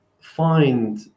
find